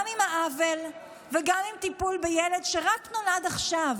גם עם האבל וגם עם טיפול בילד שרק נולד עכשיו.